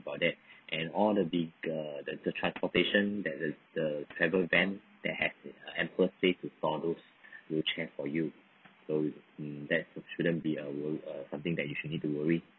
about that and all the dat~ uh that the transportation that the the travel van they have ample wheelchair for you so that shouldn't be a w~ uh something that you should need to worry